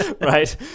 Right